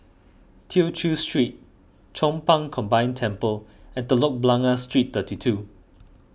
Tew Chew Street Chong Pang Combined Temple and Telok Blangah Street thirty two